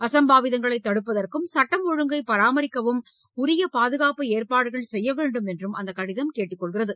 அசம்பாவிதங்களை தடுப்பதற்கும் சட்டம் ஒழுங்கை பராமரிக்கவும் உரிய பாதுகாப்பு ஏற்பாடுகளை செய்ய வேண்டும் என்றும் அந்த கடிதம் கேட்டுக் கொள்கிறது